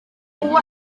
uwo